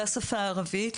בשפה הערבית,